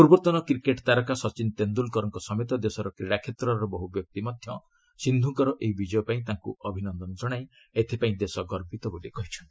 ପୂର୍ବତନ କ୍ରିକେଟ୍ ତାରକା ସଚିନ ତେନ୍ଦୁଲକରଙ୍କ ସମେତ ଦେଶର କ୍ରୀଡ଼ାକ୍ଷେତ୍ରର ବହୁ ବ୍ୟକ୍ତି ମଧ୍ୟ ସିନ୍ଧୁଙ୍କର ଏହି ବିଜୟ ପାଇଁ ତାଙ୍କୁ ଅଭିନନ୍ଦନ ଜଣାଇ ଏଥିପାଇଁ ଦେଶ ଗର୍ବିତ ବୋଲି କହିଚ୍ଛନ୍ତି